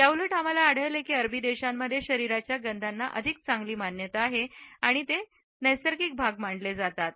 याउलट आम्हाला आढळले आहे की अरबी देशांमध्ये शरीराच्या गंधांना अधिक चांगली मान्यता आहे आणि ते नैसर्गिक भाग मानले जातात